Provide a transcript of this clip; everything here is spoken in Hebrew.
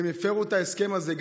הם הפרו את ההסכם הזה.